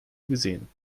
gesehen